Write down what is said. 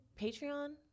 Patreon